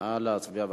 נא להצביע.